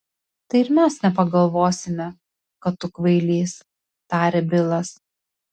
tai ir mes nepagalvosime kad tu kvailys tarė bilas